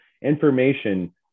Information